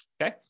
okay